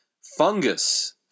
Fungus